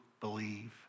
believe